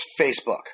Facebook